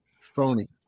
phony